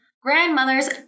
grandmothers